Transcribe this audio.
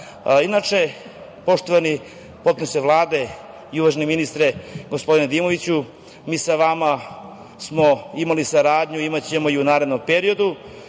stvar. Inače, poštovani potpredsedniče Vlade i uvaženi ministre, gospodine Nedimoviću, mi sa vama smo imali saradnju, imaćemo i u narednom periodu